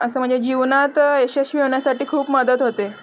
असं म्हणजे जीवनात यशस्वी होण्यासाठी खूप मदत होते